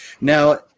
now